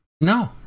No